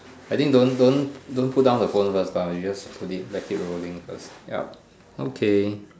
I think don't don't don't put down the phone first bah we just put it let it rolling first ya okay